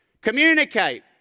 Communicate